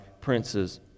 princes